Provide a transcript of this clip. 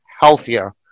healthier